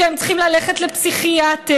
שהם צריכים ללכת לפסיכיאטר,